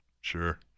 sure